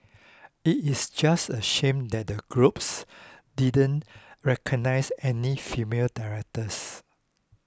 it is just a shame that the Globes didn't recognise any female directors